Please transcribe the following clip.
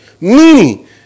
meaning